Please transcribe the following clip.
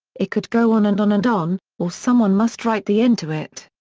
it could go on and on and on, or someone must write the end to it.